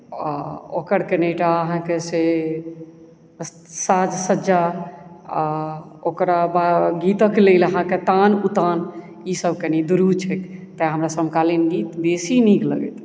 आओर ओकर कनिटा अहाँके से साज सज्जा आओर ओकरा गीतक लेल अहाँके तान उतान ईसभ कनी दुरूह छैक तैँ हमरा समकालीन गीत बेसी नीक लगैत अछि